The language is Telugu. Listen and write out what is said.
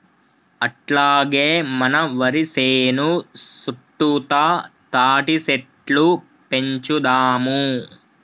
అట్లాగే మన వరి సేను సుట్టుతా తాటిసెట్లు పెంచుదాము